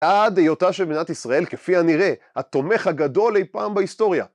עד היותה של מדינת ישראל, כפי הנראה, התומך הגדול אי פעם בהיסטוריה.